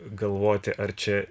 galvoti ar čia